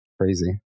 crazy